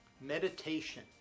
meditation